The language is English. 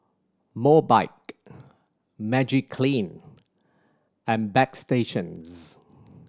Mobike Magiclean and Bagstationz